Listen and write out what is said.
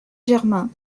germain